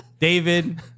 David